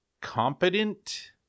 competent